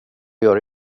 gör